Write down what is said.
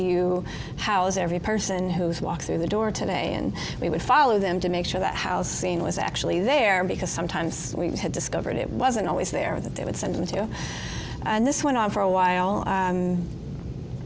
you house every person who walks through the door today and we would follow them to make sure that house scene was actually there because sometimes we had discovered it wasn't always there that they would send them to and this went on for a while